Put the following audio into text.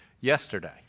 yesterday